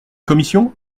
commission